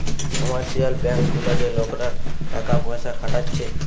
commercial bank গুলাতে লোকরা টাকা পয়সা খাটাচ্ছে